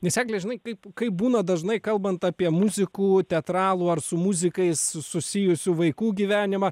nes egle žinai kaip kaip būna dažnai kalbant apie muzikų teatralų ar su muzikais susijusių vaikų gyvenimą